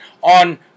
on